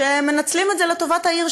שמנצלים את זה לטובת העיר,